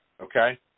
okay